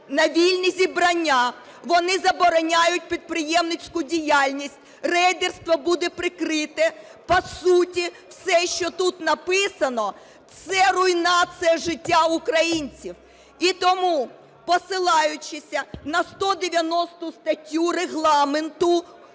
на вільні зібрання, вони забороняють підприємницьку діяльність, рейдерство буде прикрите. По суті все, що тут написано, – це руйнація життя українців. І тому, посилаючись на 190 статтю Регламенту